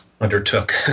undertook